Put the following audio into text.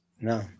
No